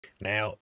Now